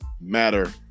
Matter